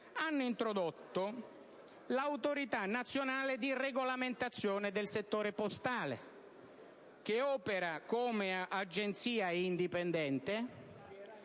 hanno introdotto l'Autorità nazionale di regolamentazione del settore postale che opera come agenzia indipendente,